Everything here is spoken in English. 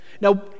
Now